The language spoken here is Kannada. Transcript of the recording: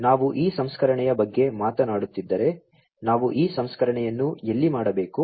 ಆದ್ದರಿಂದ ನಾವು ಈ ಸಂಸ್ಕರಣೆಯ ಬಗ್ಗೆ ಮಾತನಾಡುತ್ತಿದ್ದರೆ ನಾವು ಈ ಸಂಸ್ಕರಣೆಯನ್ನು ಎಲ್ಲಿ ಮಾಡಬೇಕು